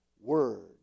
Word